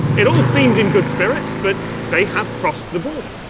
it all seemed in good spirits, but they had crossed the border.